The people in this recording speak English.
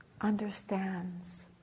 understands